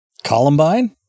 Columbine